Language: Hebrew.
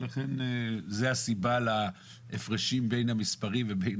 ולכן זו הסיבה להפרשים בין המספרים בין